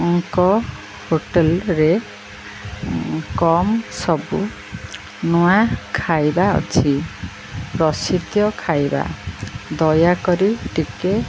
ଅଙ୍କ ହୋଟେଲ୍ରେ କମ୍ ସବୁ ନୂଆ ଖାଇବା ଅଛି ପ୍ରସିଦ୍ଧ ଖାଇବା ଦୟାକରି ଟିକେ